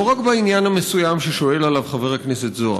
לא רק בעניין המסוים ששאל עליו חבר הכנסת זוהר,